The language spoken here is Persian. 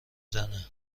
زنه